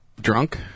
Drunk